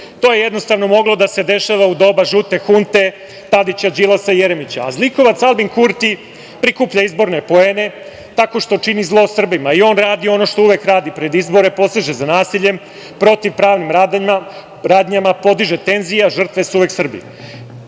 To je jednostavno moglo da se dešava u doba žute hunte, Tadića, Đilasa i Jeremića. Zlikovac Aljbin Kurti prikuplja izborne poene tako što čini zlo Srbima i on radi ono što uvek radi pred izbore - poseže za nasiljem protivpravnim radnjama, podiže tenzije, a žrtve su uvek Srbi.